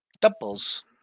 Doubles